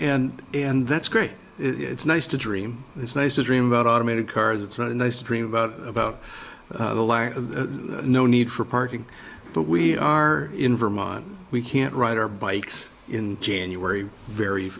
and and that's great it's nice to dream it's nice to dream about automated cars it's not a nice dream about about the last no need for parking but we are in vermont we can't ride our bikes in january very